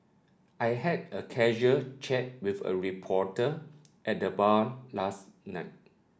I had a casual chat with a reporter at the bar last night